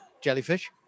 jellyfish